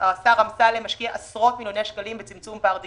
השר אמסלם משקיע עשרות מיליוני שקלים בצמצום פער דיגיטלי.